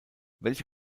welche